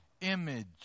image